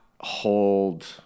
hold